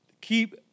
keep